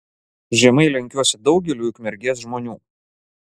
žemai lenkiuosi daugeliui ukmergės žmonių